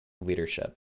leadership